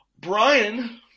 Brian